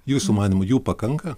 jūsų manymu jų pakanka